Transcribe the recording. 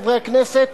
חברי הכנסת,